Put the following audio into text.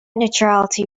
neutrality